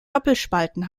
doppelspalten